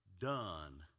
done